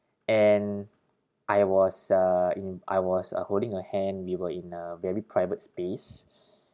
and I was uh in I was uh holding her hand we were in a very private space